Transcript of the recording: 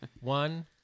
One